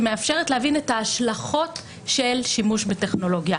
שמאפשרת להבין את ההשלכות של שימוש בטכנולוגיה.